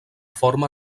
forma